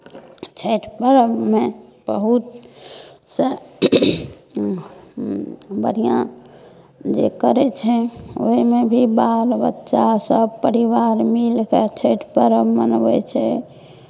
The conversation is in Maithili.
छठि पर्वमे बहुतसँ बढ़िआँ जे करै छै ओहिमे भी बालबच्चा सभ परिवार मिल कऽ छठि पर्व मनबै छै